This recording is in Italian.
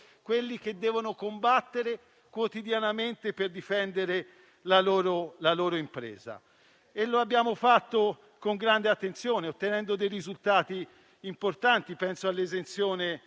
lavoro e devono combattere quotidianamente per difendere la loro impresa. E lo abbiamo fatto con grande attenzione, ottenendo risultati importanti. Penso - ad esempio